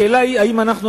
השאלה היא אם אנחנו,